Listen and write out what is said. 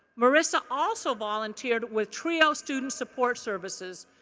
marisa also volunteered with trio student support services,